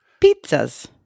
pizzas